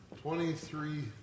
Twenty-three